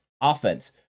offense